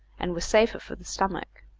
and was safer for the stomach.